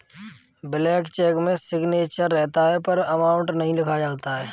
blank cheque में signature रहता है पर अमाउंट नहीं लिखा होता है